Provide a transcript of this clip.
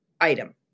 item